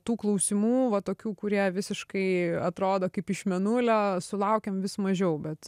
tų klausimų va tokių kurie visiškai atrodo kaip iš mėnulio sulaukiam vis mažiau bet